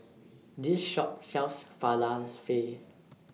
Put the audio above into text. This Shop sells Falafel